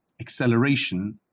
acceleration